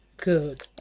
good